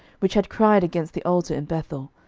which had cried against the altar in bethel,